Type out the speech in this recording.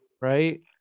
right